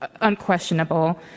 unquestionable